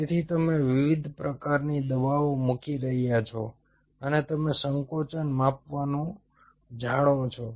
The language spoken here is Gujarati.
તેથી તમે વિવિધ પ્રકારની દવાઓ મૂકી રહ્યા છો અને તમે સંકોચન માપવાનું જાણો છો